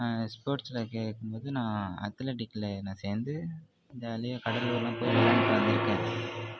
ஸ்போட்ஸில் கேட்கும்போது நான் அத்லடிக்கில் நான் சேர்ந்து ஜாலியாக கடலூர்லாம் போய் விளாண்ட்டு வந்திருக்கேன்